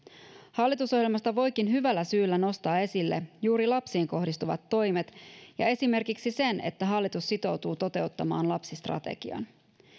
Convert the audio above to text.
hallitusohjelmasta voikin hyvällä syyllä nostaa esille juuri lapsiin kohdistuvat toimet ja esimerkiksi sen että hallitus sitoutuu toteuttamaan lapsistrategian